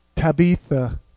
Tabitha